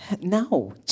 No